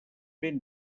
ben